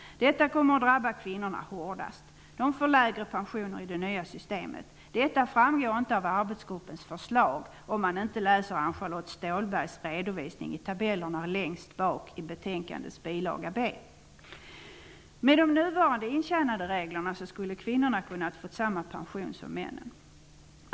Detta kommer att drabba kvinnorna hårdast. De får lägre pensioner med det nya systemet. Detta framgår inte av arbetsgruppens förslag, såvida man inte läser Ann-Charlotte Med de nuvarande intjänandereglerna skulle kvinnorna ha kunnat få samma pension som männen.